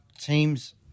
Teams